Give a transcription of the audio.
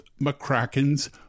McCracken's